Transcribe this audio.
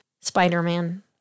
Spider-Man